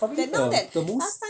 probably err the most